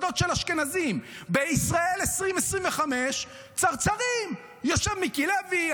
היו"ר ניסים ואטורי: תלשו יחד עם המיקרופון.